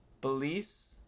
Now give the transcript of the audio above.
beliefs